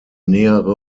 nähere